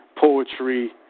Poetry